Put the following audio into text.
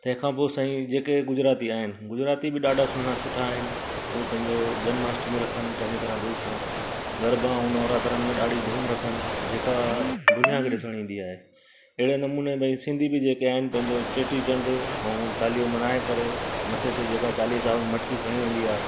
तंहिंखां पोइ साईं जेके गुजराती आहिनि गुजराती बि ॾाढा सुहिणा सुठा आहिनि उहो पंहिंजो जन्माष्टमी रखनि चङी तराह दिलि सां घर गरभा ऐं नवरात्रनि में ॾाढी धूम रखनि जेका दुनिया खे ॾिसण ईंदी आहे अहिड़े नमूने भई सिंधी बि जेके आहिनि पंहिंजो चेटी चंड ऐं चालीहो मल्हाए करे मथे ते जेका चालीह साहब मटकी खणी वेंदी आ्हे